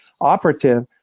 operative